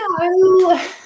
No